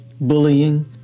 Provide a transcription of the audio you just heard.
bullying